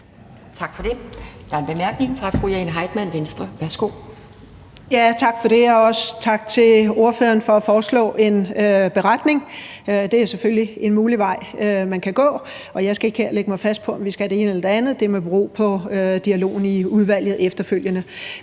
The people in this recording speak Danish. Tak for det. Der er en kort bemærkning fra fru Jane Heitmann, Venstre. Værsgo. Kl. 12:30 Jane Heitmann (V): Tak for det, og også tak til ordføreren for at foreslå at samles om en beretning. Det er selvfølgelig en mulig vej, man kan gå, og jeg skal ikke her lægge mig fast på, om vi skal det ene eller det andet. Det må bero på dialogen i udvalget efterfølgende.